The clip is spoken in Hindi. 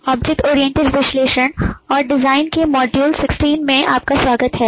ऑब्जेक्ट ओरिएंटेड विश्लेषण और डिज़ाइन के मॉड्यूल 16 में आपका स्वागत है